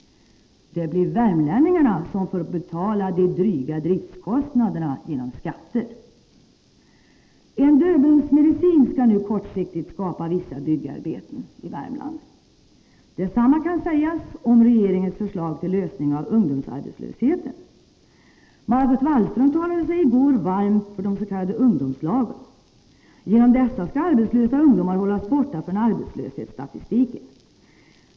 Det blir värmlänningarna som får betala de dryga driftkostnaderna genom skatten. En Döbelnsmedicin skall nu kortsiktigt skapa vissa byggarbeten i Värmland. Detsamma kan sägas om regeringens förslag till lösning av ungdomsarbetslösheten. Margot Wallström talade sig i går varm för de s.k. ungdomslagen. Genom dessa skall arbetslösa ungdomar hållas borta från arbetslöshetsstatistiken.